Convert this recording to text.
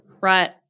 Right